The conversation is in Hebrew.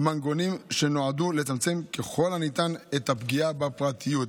מנגנונים שנועדו לצמצם ככל הניתן את הפגיעה בפרטיות.